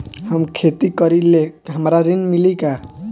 हम खेती करीले हमरा ऋण मिली का?